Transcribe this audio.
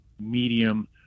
medium